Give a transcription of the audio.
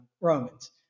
Romans